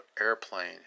airplane